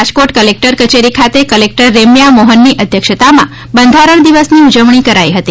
Rajkot collector કચેરી ખાતે collector Ramya મોહનની અધ્યક્ષતામાં બંધારણ દિવસની ઉજવણી કરાઇ હતી